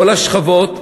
כל השכבות,